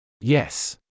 yes